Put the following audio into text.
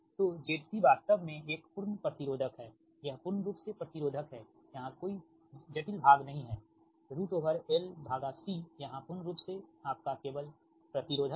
तो ZC वास्तव में एक पूर्ण प्रतिरोधक है यह पूर्ण रूप से प्रतिरोधक है यहाँ कोई जटिल भाग नहीं है LC यहाँ पूर्ण रूप से आपका केवल प्रतिरोधक है